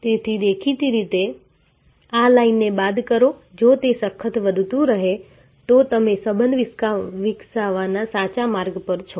તેથી દેખીતી રીતે આ લાઇનને બાદ કરો જો તે સતત વધતું રહે તો તમે સંબંધ વિકસાવવાના સાચા માર્ગ પર છો